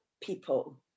people